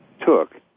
took